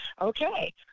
Okay